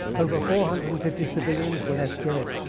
over four hundred and fifty civilians were left dead.